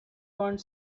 want